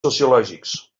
sociològics